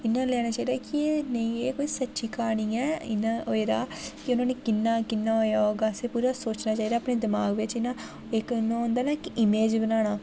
इ'यां लैना चाहि्दा कि नेईं एह् इक सच्ची क्हानी ऐ इ'यां एह्दा कि'यां कि'यां होया होगा असें पूरा सोचना चाहि्दा अपने दमाग बिच इ'यां इक इ'यां होंदा ना इक इमेज बनाना